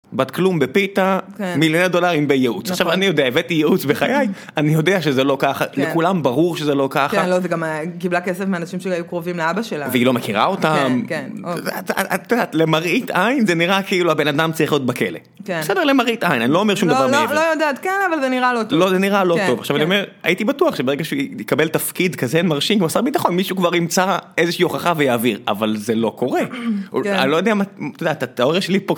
בת כלום בפיתה, כן, מיליוני דולרים בייעוץ נכון עכשיו אני יודע הבאתי ייעוץ בחיי אני יודע שזה לא ככה לכולם ברור שזה לא ככה כן לא זה גם היא קיבלה כסף מאנשים שהיו קרובים לאבא שלה והיא לא מכירה אותם. כן. כן. את יודעת למראית עין זה נראה כאילו הבן אדם צריך להיות בכלא. בסדר? למראית עין. אני לא אומר שום דבר מעבר. לא יודעת כלא אבל זה נראה לא טוב. זה נראה לא טוב הייתי בטוח שברגע שהוא יקבל תפקיד כזה מרשים כמו שר הביטחון מישהו כבר ימצא איזושהי הוכחה ויעביר אבל זה לא קורה.אני לא יודע את יודעת התאוריה שלי פה..